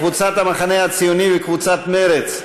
קבוצת המחנה הציוני וקבוצת מרצ,